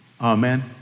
Amen